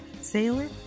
sailor